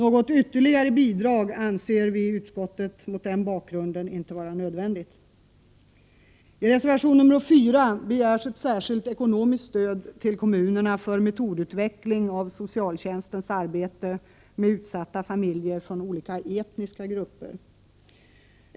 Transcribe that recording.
Mot denna bakgrund anser utskottet att något ytterligare bidrag inte är nödvändigt. I reservation 4 begär man ett särskilt ekonomiskt stöd till kommunerna för metodutveckling av socialtjänstens arbete med utsatta familjer från olika etniska grupper.